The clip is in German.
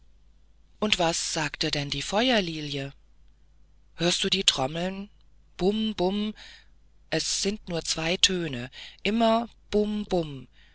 und was sagte denn die feuerlilie hörst du die trommel bum bum es sind nur zwei töne immer bum